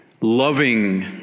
loving